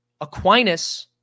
Aquinas